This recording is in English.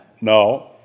No